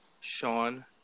Sean